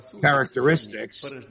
characteristics